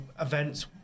events